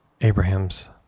Abraham's